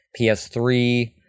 PS3